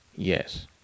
yes